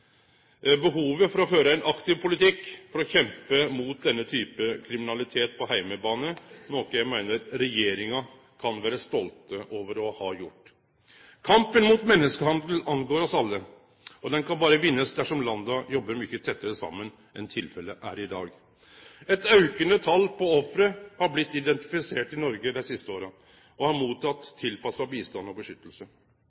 behovet for å føre ein aktiv politikk for å kjempe mot denne typen kriminalitet på heimebane, noko eg meiner regjeringa kan vere stolt over å ha gjort. Kampen mot menneskehandel angår oss alle, og han kan berre bli vunnen dersom landa jobbar mykje tettare saman enn tilfellet er i dag. Eit aukande tal offer har blitt identifisert i Noreg dei siste åra og har